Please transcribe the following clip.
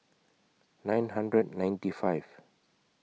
nine hundred ninety five